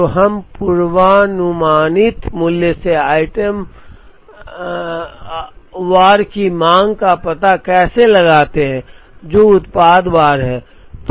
तो हम पूर्वानुमानित मूल्य से आइटम वार की मांग का पता कैसे लगाते हैं जो उत्पाद वार है